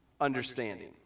understanding